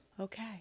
okay